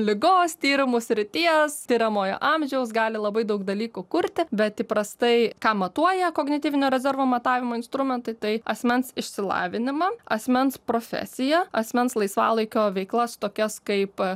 ligos tyrimų srities tiriamojo amžiaus gali labai daug dalykų kurti bet įprastai ką matuoja kognityvinio rezervo matavimo instrumentai tai asmens išsilavinimą asmens profesiją asmens laisvalaikio veiklas tokias kaip